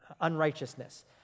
unrighteousness